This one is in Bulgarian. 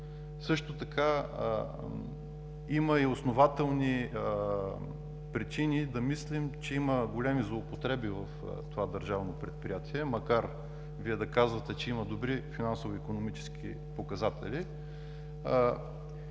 Също така има и основателни причини да мислим, че има големи злоупотреби в това държавно предприятие, макар Вие да казвате, че има добри финансово-икономически показатели.